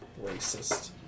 Racist